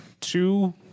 two